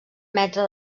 metre